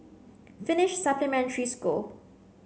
Finnish Supplementary School